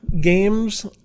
games